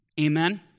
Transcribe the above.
Amen